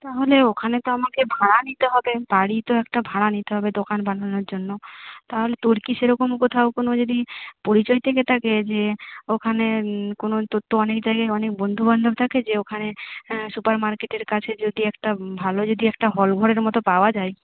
তাহলে ওখানে তো আমাকে ভাড়া নিতে হবে বাড়ি তো একটা ভাড়া নিতে হবে দোকান বানানোর জন্য তাহলে তোর কি সেরকম কোথাও কোনো যদি পরিচয় থেকে থাকে যে ওখানে কোনো তোর তো অনেক জায়গায় অনেক বন্ধুবান্ধব থাকে যে ওখানে সুপার মার্কেটের কাছে যদি একটা ভালো যদি একটা হল ঘরের মতো পাওয়া যায়